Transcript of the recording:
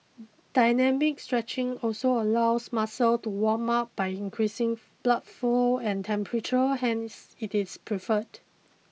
dynamic stretching also allows muscles to warm up by increasing blood flow and temperature hence it is preferred